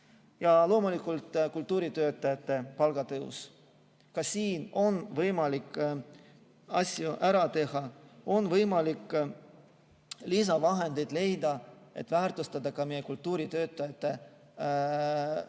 Loomulikult, kultuuritöötajate palga tõus. Ka siin on võimalik asju ära teha, on võimalik lisavahendeid leida, et väärtustada meie kultuuritöötajaid.